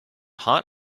hot